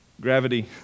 gravity